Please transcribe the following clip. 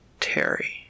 Terry